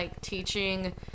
teaching